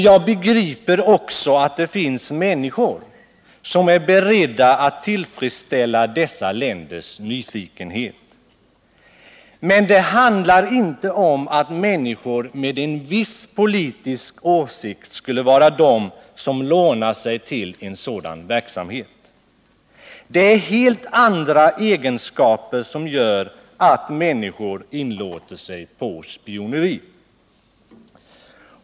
Jag begriper också att det finns människor som är beredda att tillfredsställa dessa länders nyfikenhet. Men det är inte så att människor med en viss politisk åsikt skulle låna sig till en sådan verksamhet. Det är helt andra egenskaper som gör att vissa människor inlåter sig på spioneri.